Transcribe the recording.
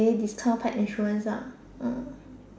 discount paired insurance ah hmm